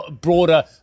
broader